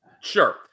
Sure